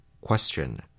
Question